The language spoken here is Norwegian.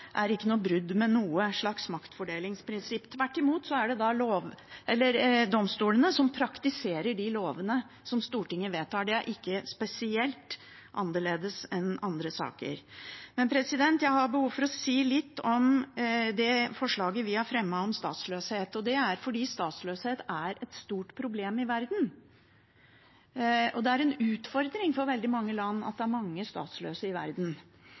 er ikke brudd med noe slags maktfordelingsprinsipp. Tvert imot er det domstolene som praktiserer de lovene som Stortinget vedtar. Det er ikke spesielt annerledes enn for andre saker. Jeg har behov for å si litt om det forslaget vi har fremmet om statsløshet. Det er fordi statsløshet er et stort problem i verden. Det er en utfordring for veldig mange land at det er mange statsløse i verden.